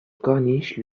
corniche